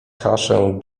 kaszę